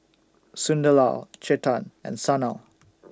Sunderlal Chetan and Sanal